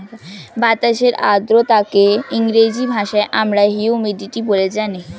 বাতাসের আর্দ্রতাকে ইংরেজি ভাষায় আমরা হিউমিডিটি বলে জানি